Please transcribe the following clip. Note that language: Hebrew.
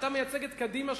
אתה מייצג את קדימה,